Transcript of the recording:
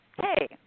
hey